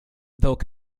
though